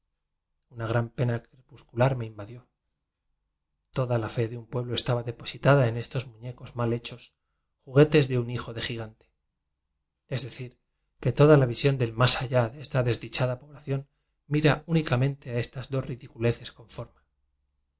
una gran pena crepuscular me invadió toda la fe de un pueblo estaba depositada en estos muñecos mal hechos juguetes de un hijo de gigante es decir que toda la visión del más allá de esta des dichada población mira únicamente a estas dos ridiculeces